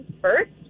first